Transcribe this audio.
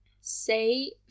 say